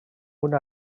una